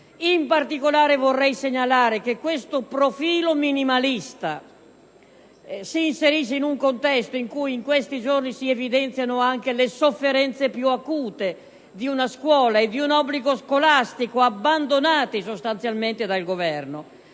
In particolare vorrei segnalare che questo profilo minimalista si inserisce in un contesto in cui in questi giorni si evidenziano anche le sofferenze più acute di una scuola e di un obbligo scolastico abbandonati sostanzialmente dal Governo